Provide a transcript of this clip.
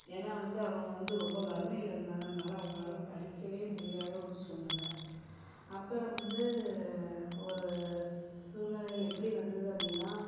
ஏன்னா வந்து அவங்க வந்து ரொம்ப வறுமையில் இருந்தாங்க அதனால் அவங்களால் படிக்கவே முடியாத ஒரு சூழ்நில அப்புறம் வந்து ஒரு சூழ்நிலையில எப்படி வந்துது அப்படின்னா